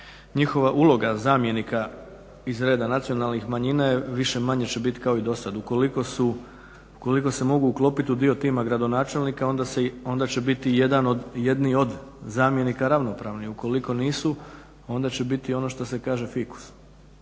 njihova uloga zamjenika iz reda nacionalnih manjina je više-manje će biti kao i dosad. Ukoliko se mogu uklopiti u dio tima gradonačelnika, onda će biti jedan od, jedni od zamjenika ravnopravni, ukoliko nisu onda će biti ono što se kaže fikus,